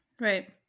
Right